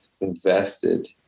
invested